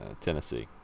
Tennessee